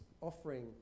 offering